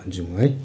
भन्छु म है